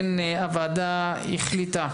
הוועדה החליטה